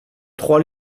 trois